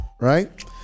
right